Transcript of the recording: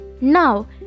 now